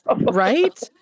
right